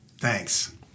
Thanks